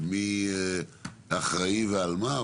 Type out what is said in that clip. מי אחראי ועל מה,